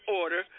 order